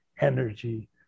energy